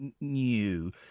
new